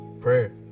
Prayer